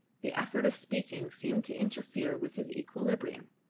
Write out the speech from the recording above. the effort of speaking seemed to interfere with his equilibrium.